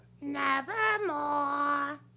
Nevermore